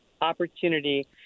opportunity